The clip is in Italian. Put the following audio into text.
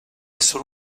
solo